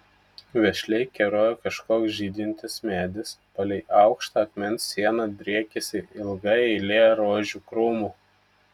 vešliai kerojo kažkoks žydintis medis palei aukštą akmens sieną driekėsi ilga eilė rožių krūmų